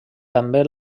també